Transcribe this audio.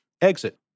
exit